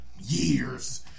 years